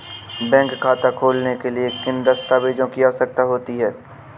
Bank खाता खोलने के लिए किन दस्तावेजों की आवश्यकता होती है?